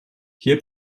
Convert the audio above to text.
hier